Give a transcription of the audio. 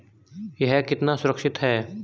यह कितना सुरक्षित है?